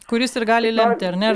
kuris ir gali lemti ar ne